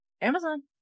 Amazon